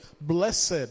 Blessed